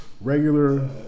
regular